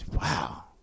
Wow